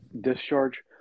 discharge